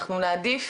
אנחנו נעדיף